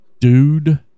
Dude